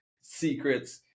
secrets